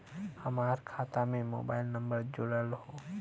हमार खाता में मोबाइल नम्बर जुड़ल हो?